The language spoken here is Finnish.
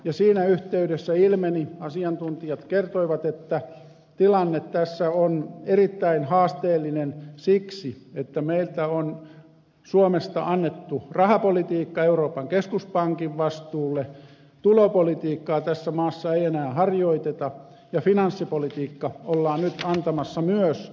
siinä yhteydessä ilmeni asiantuntijat kertoivat että tilanne tässä on erittäin haasteellinen siksi että meiltä on suomesta annettu rahapolitiikka euroopan keskuspankin vastuulle tulopolitiikkaa tässä maassa ei enää harjoiteta ja finanssipolitiikan suuret linjat ollaan nyt antamassa myös